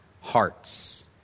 hearts